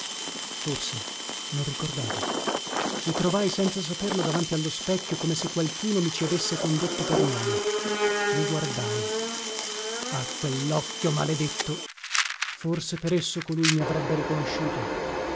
forse non ricordavo i trovai senza saperlo davanti allo specchio come se qualcuno mi ci avesse condotto per mano i guardai ah quellocchio maledetto forse per esso colui mi avrebbe riconosciuto